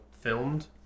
filmed